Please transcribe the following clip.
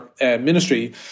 ministry